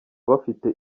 bafite